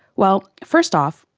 well, first off,